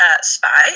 spy